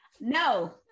no